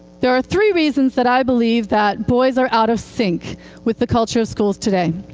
there are three reasons that i believe that boys are out of sync with the culture of schools today.